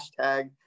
hashtag